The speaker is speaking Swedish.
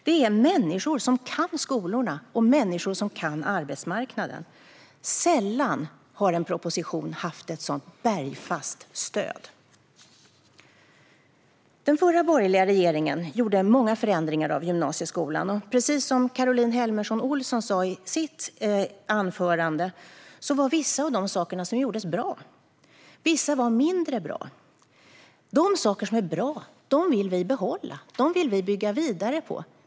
Det är människor som kan skolorna och arbetsmarknaden. Sällan har en proposition haft så bergfast stöd. Den förra borgerliga regeringen gjorde många förändringar av gymnasieskolan. Som Caroline Helmersson Olsson konstaterade i sitt anförande: Vissa var bra och vissa var mindre bra. De saker som är bra vill vi behålla och bygga vidare på.